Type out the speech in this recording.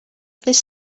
ddydd